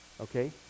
Okay